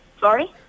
Sorry